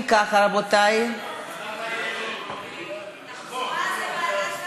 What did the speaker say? אם ככה, רבותי, תחבורה זה ועדת כלכלה.